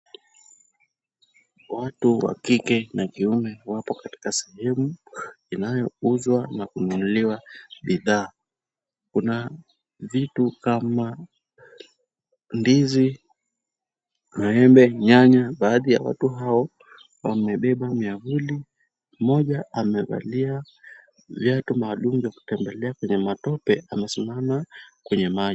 Watu wa kike na kiume wako katika sehemu inayouzwa na kuandaliwa bidhaa. Kuna vitu kama; ndizi, maembe, nyanya. Baadhi ya watu hao wamebeba miavuli. Mmoja amevalia viatu maalum vya kutembelea kwenye matope. Amesimama kwenye maji.